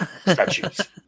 Statues